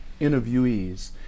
interviewees